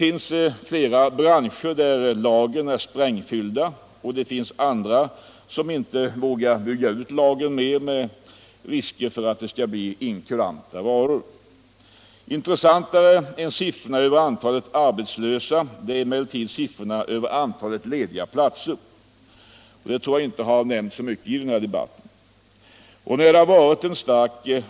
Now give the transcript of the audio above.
I flera branscher är lagren sprängfyllda, och det finns andra som inte vågar bygga ut lagren mer med tanke på risken för att varorna blir inkuranta. Intressantare än siffrorna över antalet arbetslösa är emellertid siffrorna över antalet lediga platser, något som jag tror inte har nämnts i den här debatten.